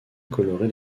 colorer